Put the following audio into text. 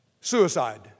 Suicide